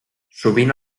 sovint